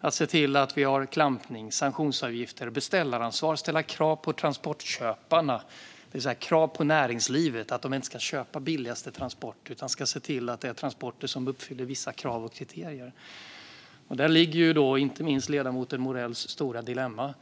att se till att vi har klampning, sanktionsavgifter och beställaransvar. Det handlar om att ställa på transportköparna, det vill säga krav på näringslivet att de inte ska köpa billigaste transport utan ska se till att det är transporter som uppfyller vissa krav och kriterier. Där ligger inte minst ledamotens Morells stora dilemma.